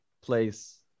place